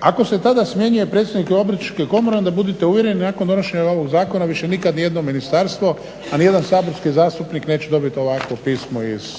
ako se tada smjenjuje predsjednik Obrtničke komore onda budite uvjereni nakon donošenja ovog zakona više nikad ni jedno ministarstvo, a ni jedan saborski zastupnik neće dobit ovakvo pismo iz